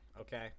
okay